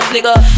Nigga